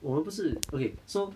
我们不是 okay so